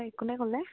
হয় কোনে ক'লে